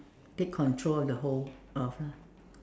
take control of the whole earth lah